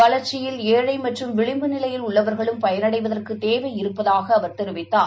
வளர்ச்சியில் ஏழைமற்றும் விளிம்பு நிலையில் உள்ளவர்களும் பயனடைவதற்குத் தேவை இருப்பதாகஅவர் தெரிவித்தார்